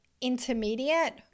intermediate